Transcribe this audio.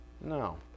No